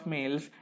Males